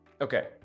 okay